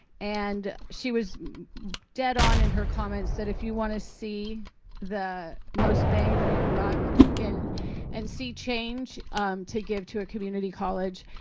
and she was dead on in her comments that if you want to see the most bang for your buck and see change to give to a community college,